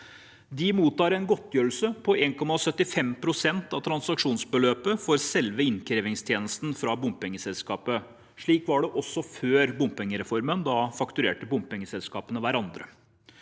mottar en godtgjørelse på 1,75 pst. av transaksjonsbeløpet for selve innkrevingstjenesten fra bompengeselskapene. Slik var det også før bompengereformen – da fakturerte bompengeselskapene hverandre.